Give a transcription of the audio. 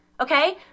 okay